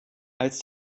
als